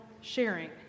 sharing